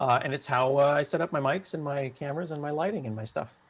and it's how i set up my mics and my cameras and my lighting and my stuff.